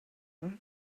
what